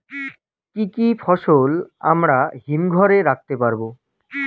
কি কি ফসল আমরা হিমঘর এ রাখতে পারব?